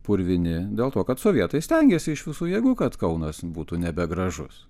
purvini dėl to kad sovietai stengėsi iš visų jėgų kad kaunas būtų nebegražus